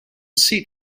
sea